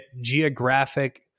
geographic